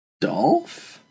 Dolph